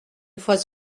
fois